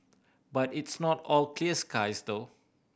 but it's not all clear skies though